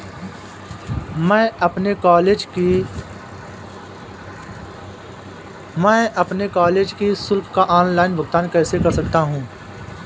मैं अपने कॉलेज की शुल्क का ऑनलाइन भुगतान कैसे कर सकता हूँ?